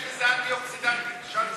יש בזה אנטי-אוקסידנטים, תשאל את,